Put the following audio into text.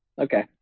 Okay